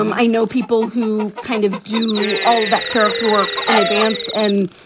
um i know people who kind of do all that character work in advance and,